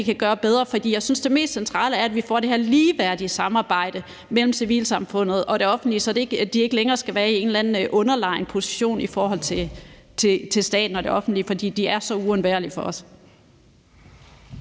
kan gøre bedre? Jeg synes, at det mest centrale er, at vi får det her ligeværdige samarbejde mellem civilsamfundsorganisationerne og det offentlige, så de ikke længere skal være i en eller anden underlegen position i forhold til staten og det offentlige, for de er så uundværlige for os.